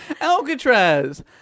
Alcatraz